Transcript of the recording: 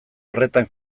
horretan